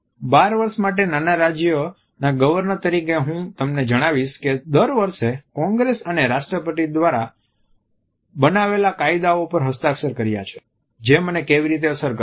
12 વર્ષ માટે નાના રાજ્યના ગવર્નર તરીકે હું તમને જણાવીશ કે દર વર્ષે કોંગ્રેસ અને રાષ્ટ્રપતિ દ્વારા બનાવેલા કાયદાઓ પર હસ્તાક્ષર કર્યા જે મને કેવી રીતે અસર કરે છે